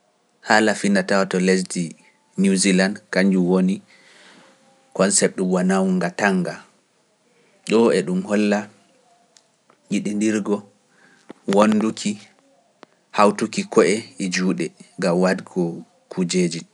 Haala fina tawa to lesdi New Zealand kanjum woni konseptu wonawu nga tan nga ɗo e ɗum holla yiɗindirgo wonduki hawtuki ko'e e juuɗe ga waadiko kuujeji.